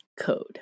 Code